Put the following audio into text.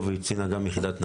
קצין אג"מ, יחידת נחשון.